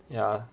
ya